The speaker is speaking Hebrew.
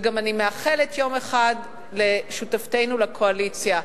ואני גם מאחלת לשותפתנו לקואליציה,